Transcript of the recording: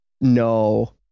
No